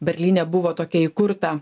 berlyne buvo tokia įkurta